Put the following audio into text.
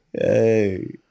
hey